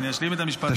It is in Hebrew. אני רוצה להשלים רגע.